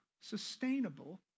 sustainable